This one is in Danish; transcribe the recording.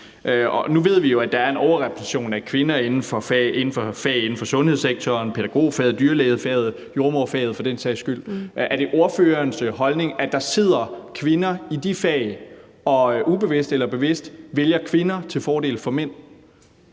nu ved vi jo, at der er en overrepræsentation af kvinder inden for fag inden for sundhedssektoren, pædagogfaget, dyrlægefaget og jordemoderfaget for den sags skyld. Er det ordførerens holdning, at der sidder kvinder i de fag og ubevidst eller bevidst vælger kvinder frem for mænd?